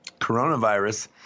Coronavirus